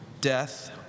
death